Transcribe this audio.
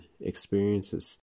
experiences